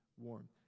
warm